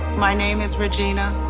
my name is regina,